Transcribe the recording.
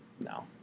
No